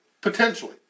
Potentially